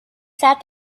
sat